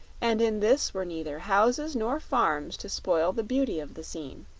and in this were neither houses nor farms to spoil the beauty of the scene.